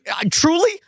truly